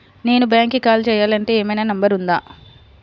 నేను బ్యాంక్కి కాల్ చేయాలంటే ఏమయినా నంబర్ ఉందా?